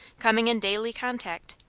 coming in daily contact.